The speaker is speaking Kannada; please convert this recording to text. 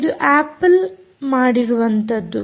ಇದು ಆಪಲ್ ಮಾಡಿರುವಂತದ್ದು